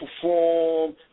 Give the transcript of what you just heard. perform